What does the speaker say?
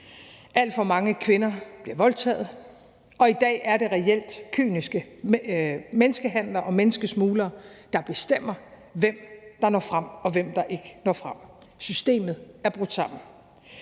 alt for mange kvinder bliver voldtaget, og i dag er det reelt kyniske menneskehandlere og menneskesmuglere, der bestemmer, hvem der når frem, og hvem der ikke når frem. Systemet er brudt sammen!